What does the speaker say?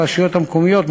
לרשויות המקומיות,